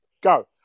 Go